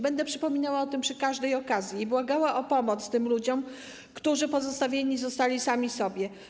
Będę przypominała o tym przy każdej okazji i błagała o pomoc tym ludziom, którzy pozostawieni zostali sami sobie.